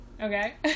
Okay